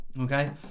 okay